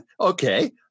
Okay